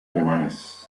alemanes